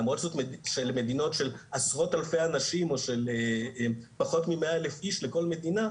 למרות שאלה מדינות של עשרות אלפי אנשים או פחות ממאה אלף איש לכל מדינה,